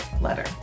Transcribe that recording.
letter